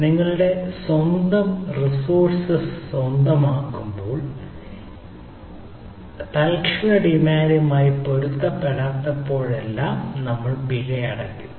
നിങ്ങളുടെ സ്വന്തം റിസോഴ്സ് സ്വന്തമാക്കുമ്പോൾ നിങ്ങളുടെ റിസോഴ്സ് തൽക്ഷണ ഡിമാൻഡുമായി പൊരുത്തപ്പെടാത്തപ്പോഴെല്ലാം നിങ്ങൾ പിഴ അടയ്ക്കും